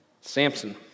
Samson